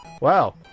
Wow